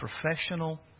professional